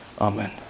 Amen